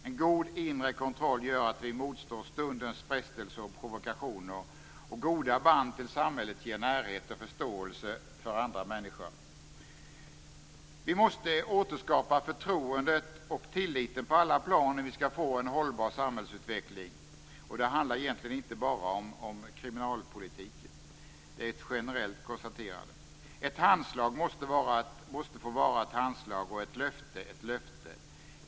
En god inre kontroll gör att vi motstår stundens frestelser och provokationer, och goda band till samhället ger närhet till och förståelse för andra människor. Vi måste återskapa förtroendet och tilliten på alla plan om vi skall få en hållbar samhällsutveckling. Det handlar egentligen inte bara om kriminalpolitiken. Det är ett generellt konstaterande. Ett handslag måste få vara ett handslag och ett löfte ett löfte.